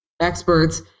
experts